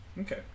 Okay